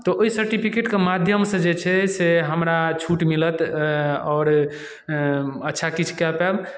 तऽ ओहि सर्टिफिकेटके माध्यमसँ जे छै से हमरा छूट मिलत आओर अच्छा किछु करि पायब तऽ